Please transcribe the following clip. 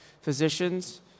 physicians